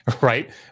right